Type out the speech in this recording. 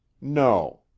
No